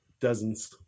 dozens